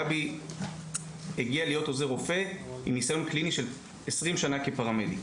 גבי הגיע להיות עוזר רופא עם ניסיון קליני של 20 שנה כפרמדיק.